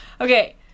Okay